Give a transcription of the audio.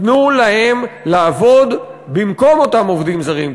תנו להם לעבוד במקום אותם עובדים זרים,